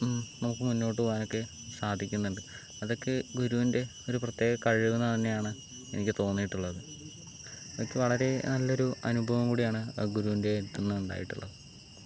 നമുക്കു മുന്നോട്ടുപോകാനും സാധിക്കുന്നുണ്ട് അതൊക്കെ ഗുരുവിൻ്റെ ഒരു പ്രത്യേക കഴിവ് തന്നെയാണ് എനിക്ക് തോന്നിയിട്ടുള്ളത് അതൊക്കെ വളരെ നല്ലൊരു അനുഭവം കൂടിയാണ് ഗുരുവിൻ്റെ അടുത്തു നിന്ന് ഉണ്ടായിട്ടുള്ളത്